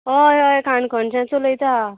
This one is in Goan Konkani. होय होय काणकोणचेच उलयतां